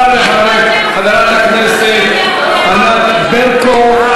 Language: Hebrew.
חבר הכנסת מיקי לוי.